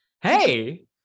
hey